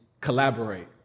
collaborate